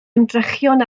ymdrechion